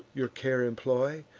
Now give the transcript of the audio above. your care employ,